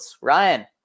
Ryan